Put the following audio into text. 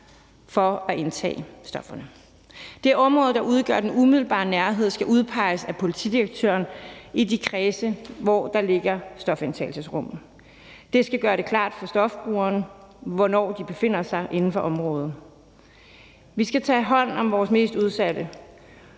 for at indtage stofferne. Det område, der udgør den umiddelbare nærhed, skal udpeges af politidirektøren i de kredse, hvor der ligger stofindtagelsesrum. Det skal gøre det klart for stofbrugerne, hvornår de befinder sig inden for området. Vi skal tage hånd om vores mest udsatte,